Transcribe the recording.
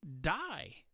die